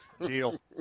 Deal